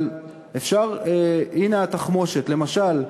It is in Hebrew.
הנה התחמושת: למשל,